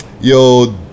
yo